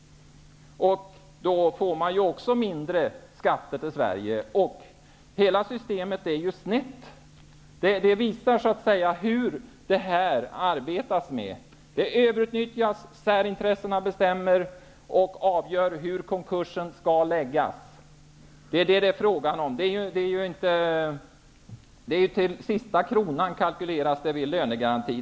På det sättet minskar ju statens skatteintäkter. Hela systemet är snett. Detta visar hur man arbetar med lönegarantin. Det är ett överutnyttjande. Särintressena bestämmer och avgör hur konkursen skall hanteras. Det är vad det är fråga om. Lönegarantin utnyttjas till sista kronan i kalkylerna.